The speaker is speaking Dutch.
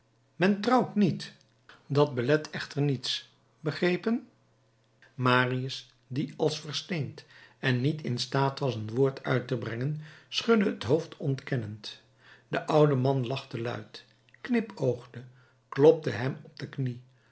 men trouwt niet dat belet echter niets begrepen marius die als versteend en niet in staat was een woord uit te brengen schudde het hoofd ontkennend de oude man lachte luid knipoogde klopte hem op de knie